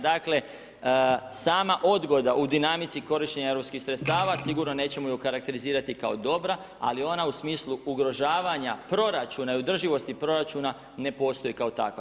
Dakle, sama odgoda u dinamici korištenja europskih sredstava sigurno nećemo je okarakterizirati kao dobra, ali ona u smislu ugrožavanja proračuna i održivosti proračuna ne postoji kao takva.